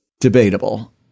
Debatable